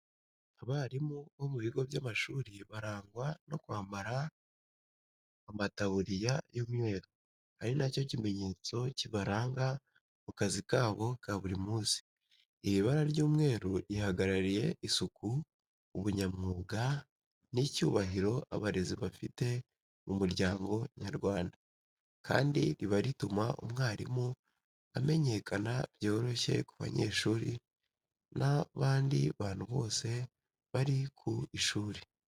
Abarimu bo mu bigo by’amashuri barangwa no kwambara amataburiya y’umweru, ari nacyo kimenyetso kibaranga mu kazi kabo ka buri munsi. Iri bara ry’umweru rihagarariye isuku, ubunyamwuga n’icyubahiro abarezi bafite mu muryango nyarwanda. Kandi, riba rituma umwarimu amenyekana byoroshye ku banyeshuri n’abandi bantu bose bari ku ishuri.